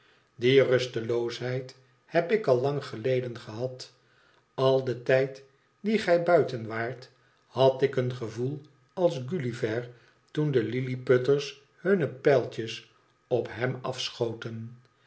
die rusteloosheid heb ik al lang geleden gehad al den tijd dien gij buiten waart had ik een gevoel als gulliver toen de lilliputters hunne pijltjes op hem afechoten